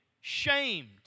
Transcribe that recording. shamed